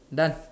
done